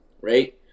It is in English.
right